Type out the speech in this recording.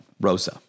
Rosa